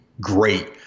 great